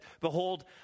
behold